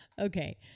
okay